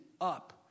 up